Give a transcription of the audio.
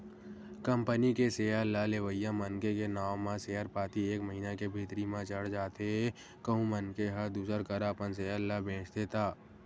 company के share ल लेवइया मनखे के नांव म सेयर पाती एक महिना के भीतरी म चढ़ जाथे कहूं मनखे ह दूसर करा अपन सेयर ल बेंचथे त